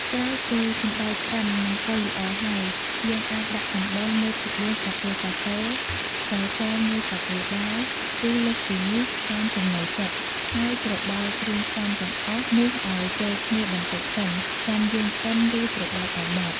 ក្រោយពីសណ្ដែកឆ្អិន និងផុយល្អហើយ យើងអាចដាក់អំបិល ១ភាគ៤ ស្លាបព្រាកាហ្វេ ស្ករស មួយស្លាបព្រាបាយ ឬលើសពីនេះតាមចំណូលចិត្ត ហើយច្របល់គ្រឿងផ្សំទាំងអស់នោះឱ្យចូលគ្នាបន្តិចសិន ចាំយើងកិន ឬច្របាច់ឱ្យម៉ដ្ដ។